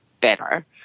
better